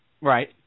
Right